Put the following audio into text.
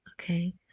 Okay